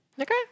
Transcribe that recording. Okay